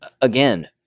Again